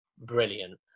brilliant